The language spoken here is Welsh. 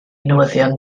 newyddion